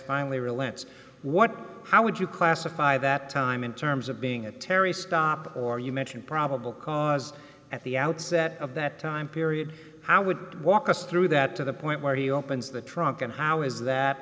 relents what how would you classify that time in terms of being a terry stop or you mentioned probable cause at the outset of that time period how would walk us through that to the point where he opens the trunk and how is that